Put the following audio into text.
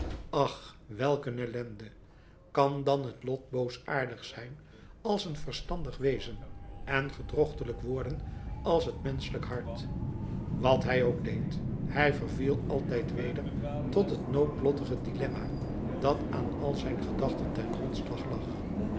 ach welk een ellende kan dan het lot boosaardig zijn als een verstandig wezen en gedrochtelijk worden als het menschelijk hart wat hij ook deed hij verviel altijd weder tot het noodlottige dilemma dat aan al zijn gedachten ten grondslag lag